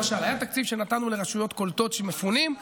למשל היה תקציב שנתנו לרשויות קולטות של מפונים,